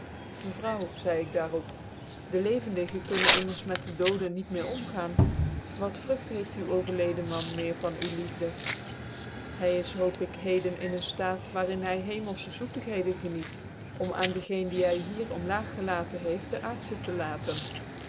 mevrouw zcide ik daarop de levendige kunnen immers met dc dooden niet meer omgaan wat vrugt heeft u ovcrlcde man meer van u liefde hy is hoop ik heden in een ftaat waar in hy hcmclfche zoetigheden geniet om aan de geen die hy hier om laag gelaten heeft dc aardfehc te laten